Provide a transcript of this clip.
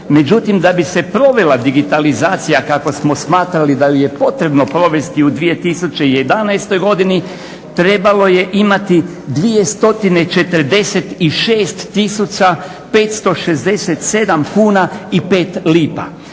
Međutim, da bi se provela digitalizacija kako smo smatrali da ju je potrebno provesti u 2011. godini trebalo je imati 2 stotine 46 tisuća 567 kuna i 5 lipa.